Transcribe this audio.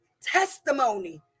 Testimony